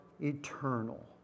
eternal